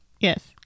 Yes